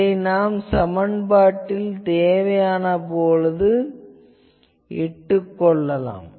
இதை நாம் சமன்பாட்டில் தேவையான போது இட்டுப் பார்க்கலாம்